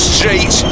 Street